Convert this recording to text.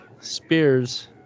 spears